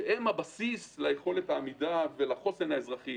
והם הבסיס ליכולת העמידה ולחוסן האזרחי.